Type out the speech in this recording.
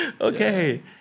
okay